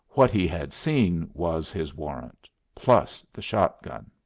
what he had seen was his warrant plus the shotgun.